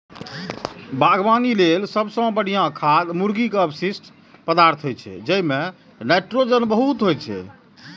बागवानी लेल सबसं बढ़िया खाद मुर्गीक अवशिष्ट पदार्थ होइ छै, जइमे नाइट्रोजन बहुत होइ छै